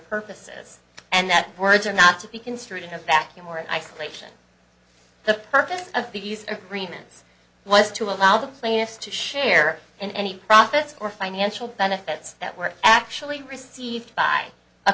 purposes and that words are not to be construed in a vacuum or in isolation the purpose of the agreements was to allow the plaintiffs to share in any profits or financial benefits that were actually received by a